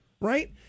right